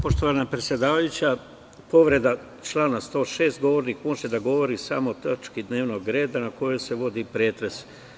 Poštovana predsedavajuća, povreda člana 106. – govornik može da govori samo o tački dnevnog reda o kojoj se vodi pretres.